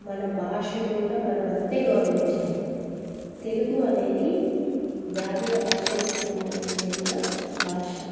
మన భాషను కూడా మనం అంతే గౌరవించాలి తెలుగు అనేది గ్రామీణ భాషలకు కుటుంబానికి చెందిన భాష